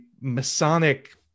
Masonic